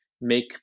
make